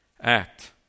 act